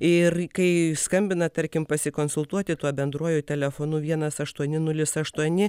ir kai skambina tarkim pasikonsultuoti tuo bendruoju telefonu vienas aštuoni nulis aštuoni